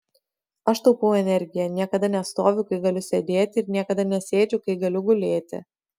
aš taupau energiją niekada nestoviu kai galiu sėdėti ir niekada nesėdžiu kai galiu gulėti